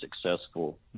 successful